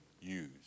use